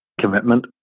Commitment